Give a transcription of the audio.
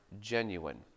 genuine